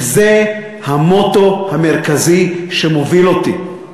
וזה המוטו היחידי שמוביל אותי,